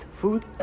food